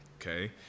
okay